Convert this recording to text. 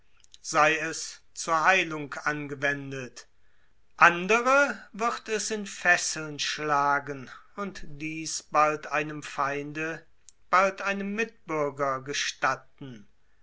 sei es heilung angewendet andere wird es in fesseln schlagen und dieß bald einem feinde bald einem mitbürger gestatten